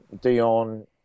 Dion